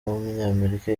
w’umunyamerika